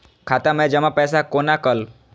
खाता मैं जमा पैसा कोना कल